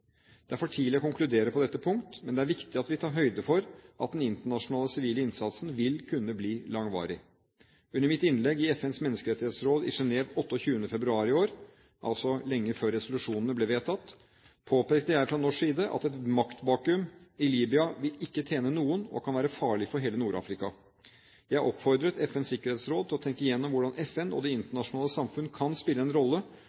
Det er for tidlig å konkludere på dette punktet, men det er viktig at vi tar høyde for at den internasjonale sivile innsatsen vil kunne bli langvarig. Under mitt innlegg i FNs menneskerettighetsråd i Genève 28. februar i år, altså lenge før resolusjonene ble vedtatt, påpekte jeg fra norsk side at et maktvakuum i Libya ikke vil tjene noen og kan være farlig for hele Nord-Afrika. Jeg oppfordret FNs sikkerhetsråd til å tenke gjennom hvordan FN og det internasjonale samfunn kan spille en rolle